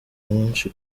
nyinshi